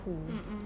mm mm